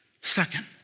Second